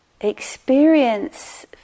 experience